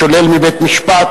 השולל מבית-משפט.